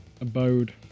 abode